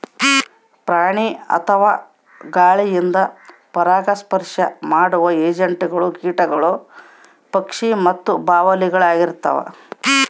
ಪ್ರಾಣಿ ಅಥವಾ ಗಾಳಿಯಿಂದ ಪರಾಗಸ್ಪರ್ಶ ಮಾಡುವ ಏಜೆಂಟ್ಗಳು ಕೀಟಗಳು ಪಕ್ಷಿ ಮತ್ತು ಬಾವಲಿಳಾಗಿರ್ತವ